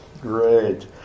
Great